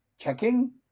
checking